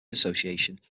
association